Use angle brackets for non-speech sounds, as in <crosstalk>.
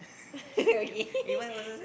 <laughs> okay